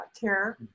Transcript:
care